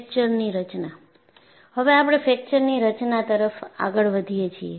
ફ્રેકચરની રચના હવે આપણે ફ્રેક્ચરની રચના તરફ આગળ વધીએ છીએ